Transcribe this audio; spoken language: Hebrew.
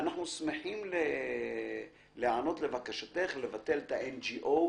"אנחנו שמחים להיענות לבקשתך לבטל את ה-NGO".